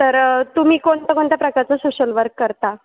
तर तुम्ही कोणत्या कोणत्या प्रकारचं सोशल वर्क करता